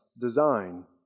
design